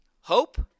Hope